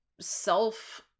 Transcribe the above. self